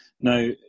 Now